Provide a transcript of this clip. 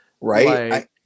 Right